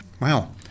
Wow